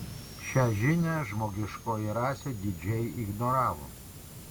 šią žinią žmogiškoji rasė didžiai ignoravo